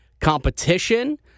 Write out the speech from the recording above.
competition